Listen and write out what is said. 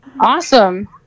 Awesome